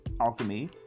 alchemy